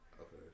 Okay